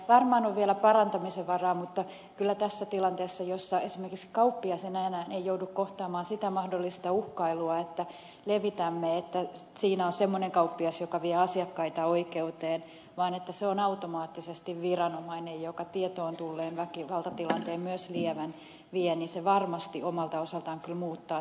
varmaan on vielä parantamisen varaa mutta kyllä tässä tilanteessa jossa esimerkiksi kauppias enää ei joudu kohtaamaan sitä mahdollista uhkailua että levitämme että siinä on semmoinen kauppias joka vie asiakkaita oikeuteen vaan se on automaattisesti viranomainen joka tietoon tulleen väkivaltatilanteen myös lievän vie se varmasti omalta osaltaan kyllä muuttaa tätä tilannetta